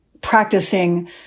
practicing